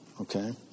okay